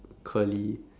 curly